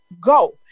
go